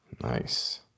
Nice